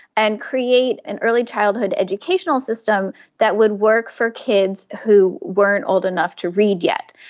and create an early childhood educational system that would work for kids who weren't old enough to read yet.